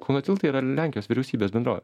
kauno tiltai yra lenkijos vyriausybės bendrovė